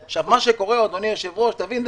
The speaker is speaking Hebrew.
אדוני היושב-ראש תבין,